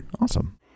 awesome